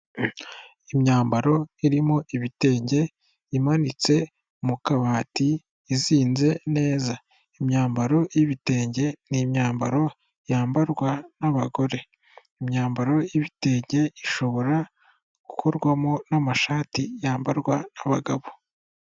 Imyambaro irimo ibitenge imanitse mu kabati izinze neza, imyambaro y'ibitenge ni imyambaro yambarwa n'abagore, imyambaro y'ibitenge ishobora gukorwamo n'amashati yambarwa n'abagabo.